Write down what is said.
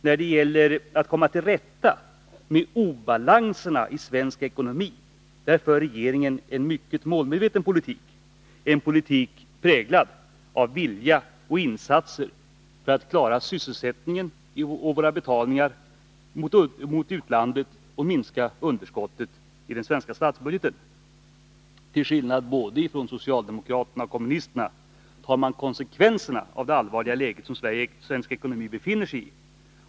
När det gäller att komma till rätta med obalanserna i den svenska ekonomin för regeringen en mycket målmedveten politik, en politik präglad av vilja och insatser för att klara sysselsättningen och våra betalningar gentemot utlandet och för att minska underskottet i den svenska statsbudgeten. Till skillnad från både socialdemokrater och kommunister tar man konsekvenserna av det allvarliga läge som svensk ekonomi befinner sig i.